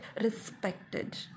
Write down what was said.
respected